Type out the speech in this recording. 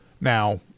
Now